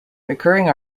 recurring